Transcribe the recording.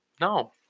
no